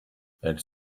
elles